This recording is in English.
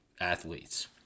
athletes